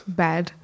bad